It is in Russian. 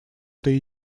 этой